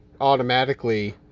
automatically